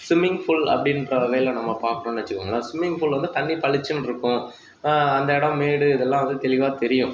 swimming pool அப்படின்ற வகையில் நம்ம பார்க்கறோன்னு வச்சுக்கோங்களேன் ஸ்விம்மிங் ஃபூல் வந்து தண்ணி பளிச்சின்னு இருக்கும் அந்த இடம் மேடு இதெல்லாம் வந்து தெளிவாக தெரியும்